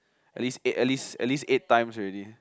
at least eight times already